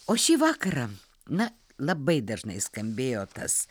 o šį vakarą na labai dažnai skambėjo tas